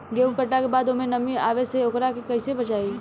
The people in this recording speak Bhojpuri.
गेंहू कटला के बाद ओमे नमी आवे से ओकरा के कैसे बचाई?